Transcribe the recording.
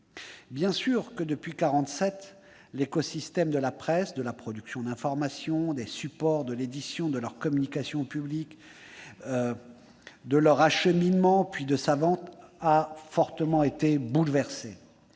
Bien sûr, depuis 1947, l'écosystème de la presse, de la production d'informations, des supports, de l'édition, de la communication au public, de son acheminement et de sa vente a été fortement bouleversé.